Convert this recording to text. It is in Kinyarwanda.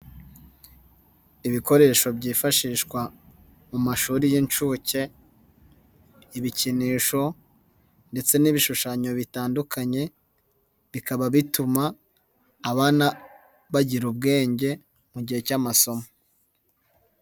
Ibikoresho byifashishwa mu mashuri y'inshuke, ibikinisho ndetse n'ibishushanyo bitandukanye bikaba bituma abana bagira ubwenge mu gihe cy'amasomo.